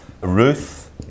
Ruth